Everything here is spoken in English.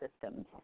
systems